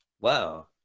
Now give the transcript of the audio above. Wow